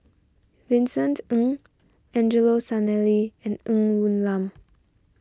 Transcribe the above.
Vincent Ng Angelo Sanelli and Ng Woon Lam